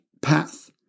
path